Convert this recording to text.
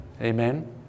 amen